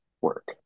work